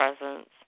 presence